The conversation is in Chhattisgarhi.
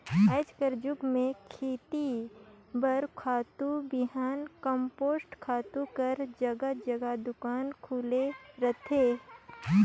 आएज कर जुग में खेती बर खातू, बीहन, कम्पोस्ट खातू कर जगहा जगहा दोकान खुले रहथे